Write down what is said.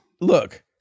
Look